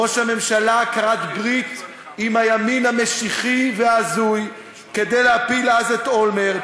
ראש הממשלה כרת ברית עם הימין המשיחי וההזוי כדי להפיל אז את אולמרט,